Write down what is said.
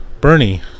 Bernie